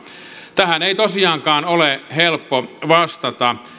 tähän ei tosiaankaan ole helppo vastata